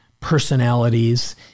personalities